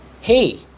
Hey